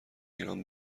ایران